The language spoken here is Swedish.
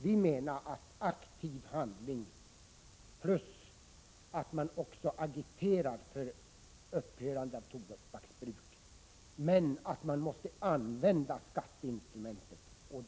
Vi menar att aktiv handling plus att man också agiterar för ett upphörande av tobaksbruket måste till, men att man också måste använda skatteinstrumentet.